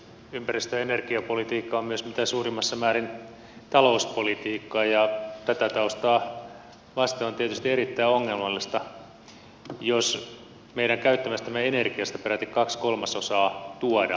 ympäristö ja energiapolitiikka on myös mitä suurimmassa määrin talouspolitiikkaa ja tätä taustaa vasten on tietysti erittäin ongelmallista jos meidän käyttämästämme energiasta peräti kaksi kolmasosaa tuodaan